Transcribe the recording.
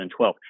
2012